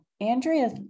Andrea